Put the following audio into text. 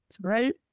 right